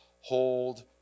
hold